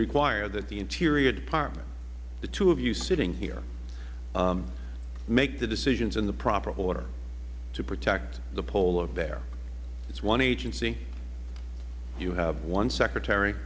require that the interior department the two of you sitting here make the decisions in the proper order to protect the polar bear it is one agency you have one secretary